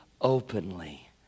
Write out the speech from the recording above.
openly